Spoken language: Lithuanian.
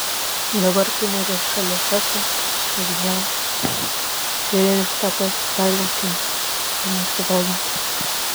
dabar kai nėra šalia heso ir ievos fiureris tapo visai laukinis ir nesivaldantis